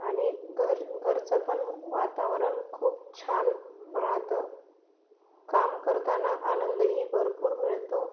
आणि घर घरचं पण वातावरण खूप छान राहतं काम करताना आनंदही भरपूर मिळतो